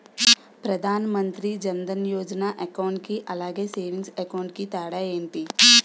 Pradhan Mantri Jan Dhan Yojana account కి అలాగే savings account కి తేడా ఏంటి?